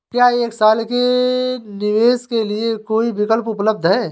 क्या एक साल के निवेश के लिए कोई विकल्प उपलब्ध है?